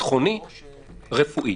ביטחוני רפואי?